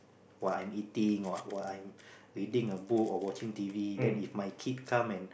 while I eating or while I'm reading a book or watching T_V then if my kid come and